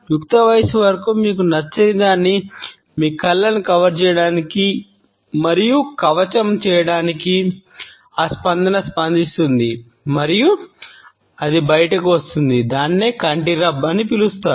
యుక్తవయస్సు వరకు మీకు నచ్చని దాని నుండి మీ కళ్ళను కవర్ అని పిలుస్తారు